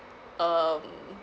um